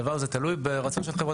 הדבר הזה תלוי ברצון של חברת הביטוח.